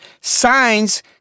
signs